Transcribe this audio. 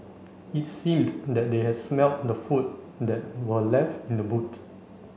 it seemed that they had smelt the food that were left in the boot